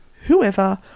whoever